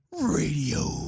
Radio